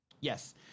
yes